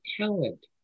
talent